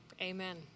amen